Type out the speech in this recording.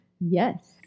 Yes